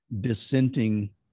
dissenting